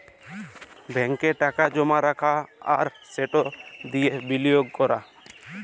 ব্যাংকে টাকা জমা রাখা আর সেট দিঁয়ে বিলিয়গ ক্যরা